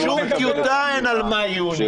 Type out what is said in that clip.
שום טיוטה אין על מאי יוני.